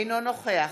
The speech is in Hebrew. אינו נוכח